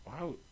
Wow